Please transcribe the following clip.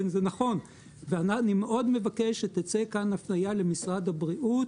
אני מאוד מבקש שתצא מכאן הפנייה למשרד הבריאות